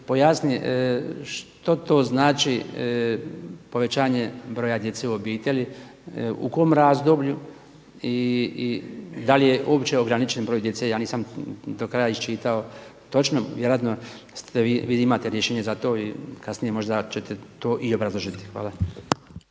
pojasni što to znači povećanje broja djece u obitelji u kom razdoblju i da li je uopće ograničen broj djece. Ja nisam do kraja iščitao točno, vjerojatno vi imate rješenje za to i kasnije ćete to možda i obrazložiti. Hvala.